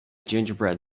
gingerbread